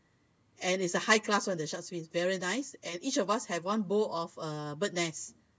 and it's a high class one the shark's fins very nice and each of us have one bowl of a bird's nest